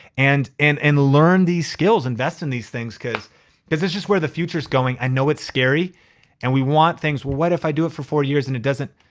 and and and learn these skills, invest in these things cause cause that's just where the future's going. i know it's scary and we want things. what if i do it for four years and it doesn't.